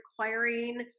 requiring